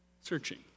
searching